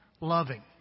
loving